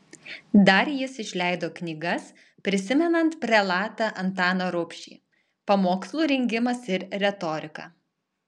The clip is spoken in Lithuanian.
dar jis išleido knygas prisimenant prelatą antaną rubšį pamokslų rengimas ir retorika